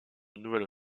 nouvelle